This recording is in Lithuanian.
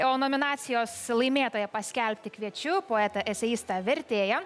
o nominacijos laimėtoją paskelbti kviečiu poetą eseistą vertėją